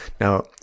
Now